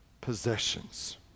possessions